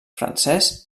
francès